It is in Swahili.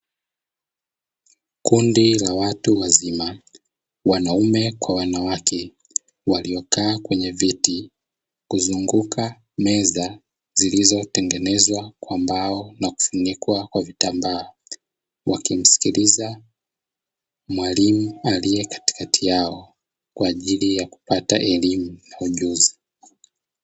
Kundi la watu wazima wanaume kwa wanawake, waliokaa kwenye viti kuzunguka meza; zilizotengenezwa kwa mbao na kufunikwa kwa vitambaa, wakimsikiliza mwalimu aliye katikati yao, kwa ajili ya kupata elimu na ujuzi.